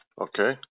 Okay